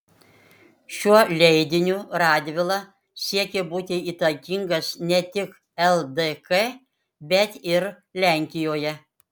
šiuo leidiniu radvila siekė būti įtakingas ne tik ldk bet ir lenkijoje